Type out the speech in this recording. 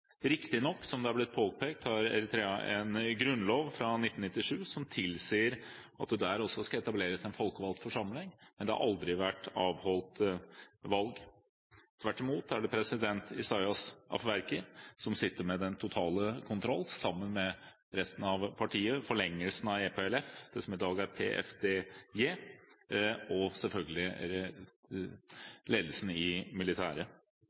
Som det har blitt påpekt, har Eritrea riktignok en grunnlov fra 1997 som tilsier at det også der skal etableres en folkevalgt forsamling, men det har aldri vært avholdt valg. Tvert imot er det president Isaias Afewerke som sitter med den totale kontroll sammen med resten av partiet, forlengelsen av EPLF, det som i dag er PFDJ, og selvfølgelig